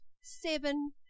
seven